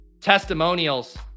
Testimonials